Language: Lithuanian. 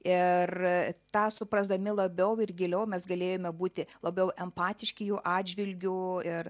ir tą suprasdami labiau ir giliau mes galėjome būti labiau empatiški jų atžvilgiu ir